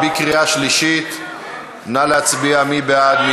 מי בעד?